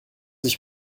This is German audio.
ich